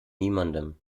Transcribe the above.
niemandem